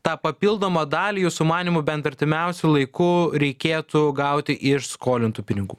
tą papildomą dalį jūsų manymu bent artimiausiu laiku reikėtų gauti iš skolintų pinigų